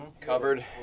Covered